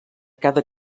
cada